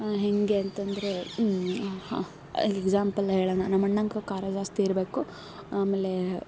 ಹೇಗೆ ಅಂತ ಅಂದ್ರೆ ಎಕ್ಸಾಂಪಲ್ ಹೇಳೋಣ ನಮ್ಮಣ್ಣಂಗೆ ಖಾರ ಜಾಸ್ತಿ ಇರಬೇಕು ಆಮೇಲೆ